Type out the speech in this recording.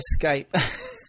Skype